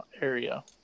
area